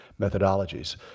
methodologies